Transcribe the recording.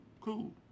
Cool